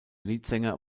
leadsänger